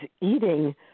eating